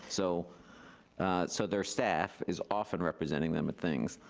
so so their staff is often representing them at things,